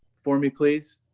for me, please?